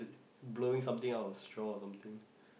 blowing something out of straw or something